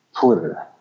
Twitter